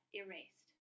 erased